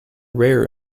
rare